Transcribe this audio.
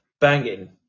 banging